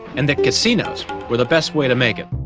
and the casinos were the best way to make it.